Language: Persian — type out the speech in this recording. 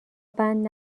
بند